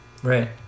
Right